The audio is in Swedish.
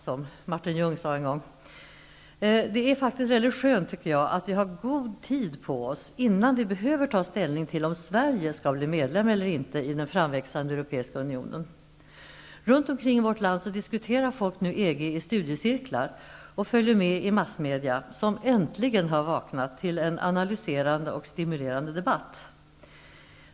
Jag tycker faktiskt att det är väldigt skönt att vi har god tid på oss innan vi behöver ta ställning till om Sverige skall bli medlem eller inte i den framväxande europeiska unionen. Runt omkring i vårt land diskuterar folk nu EG i studiecirklar och följer med i massmedia, som äntligen har vaknat till en analyserande och stimulerande debatt.